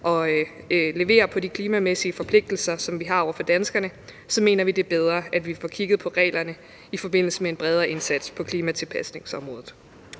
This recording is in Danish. at levere på de klimamæssige forpligtelser, som vi har over for danskerne, så mener vi, at det er bedre, at vi får kigget på reglerne i forbindelse med en bredere indsats på klimapasningsområdet.